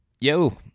yo